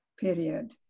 Period